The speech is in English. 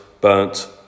burnt